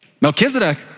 Melchizedek